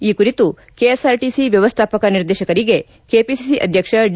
ಈ ಕುರಿತು ಕೆಎಸ್ಆರ್ಟಿಬಿ ವ್ಯವಸ್ಥಾಪಕ ನಿರ್ದೇತಕರಿಗೆ ಕೆಪಿಸಿಸಿ ಅಧ್ಯಕ್ಷ ಡಿ